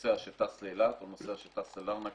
נוסע שטס לאילת או נוסע שטס ללרנקה.